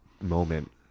moment